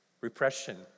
repression